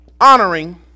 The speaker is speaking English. honoring